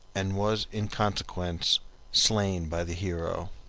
and was in consequence slain by the hero.